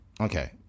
Okay